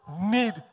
need